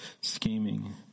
scheming